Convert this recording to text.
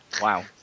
Wow